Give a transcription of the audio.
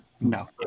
No